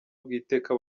bw’iteka